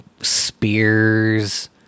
spears